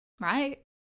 right